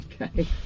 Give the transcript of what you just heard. okay